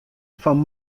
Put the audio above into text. fan